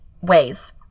ways